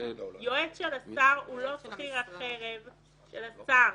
יועץ של השר הוא לא שכיר החרב של השר,